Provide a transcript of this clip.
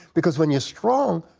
because when you're strong,